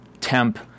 temp